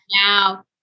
now